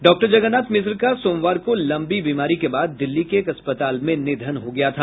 doctor Jagannath Mishra का सोमवार को लम्बी बीमारी के बाद दिल्ली के एक अस्पताल में निधन हो गया था